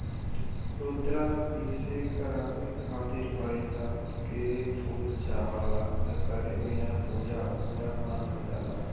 रुद्राभिषेक करावे खातिर पारिजात के फूल चाहला एकरे बिना पूजा अधूरा मानल जाला